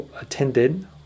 attended